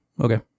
Okay